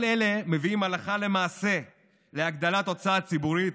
כל אלה מביאים הלכה למעשה להגדלת ההוצאה הציבורית,